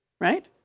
right